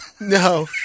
No